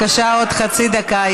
חבורה של חוצפנים תומכי טרור.